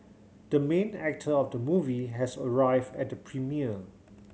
the main actor of the movie has arrived at the premiere